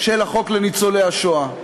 של חוק הטבות לניצולי שואה.